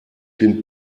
bin